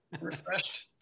Refreshed